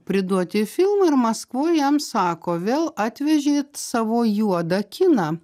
priduoti filmą ir maskvoj jam sako vėl atvežėt savo juodą kiną